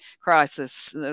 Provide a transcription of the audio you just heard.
crisis